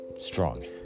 strong